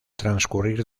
transcurrir